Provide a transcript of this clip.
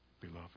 beloved